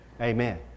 Amen